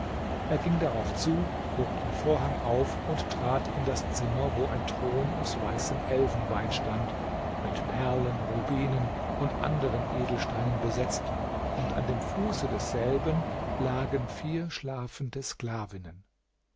er ging darauf zu hob den vorhang auf und trat in das zimmer wo ein thron aus weißem elfenbein stand mit perlen rubinen und anderen edelsteinen besetzt und an dem fuße desselben lagen vier schlafende sklavinnen